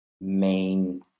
main